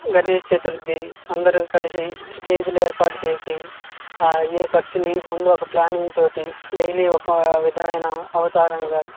గణేష్ చతుర్థి అందరూ కలిసి స్టేజీలు ఏర్పాటు చేసి ఆ అయ్యే ఖర్చుని ముందే ప్లానింగ్ తోటి డైలీ ఒకవిధమైన అవతారంగా